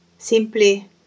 simply